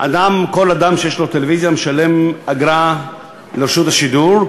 כל אדם שיש לו טלוויזיה משלם אגרה לרשות השידור,